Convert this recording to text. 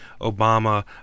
Obama